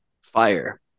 Fire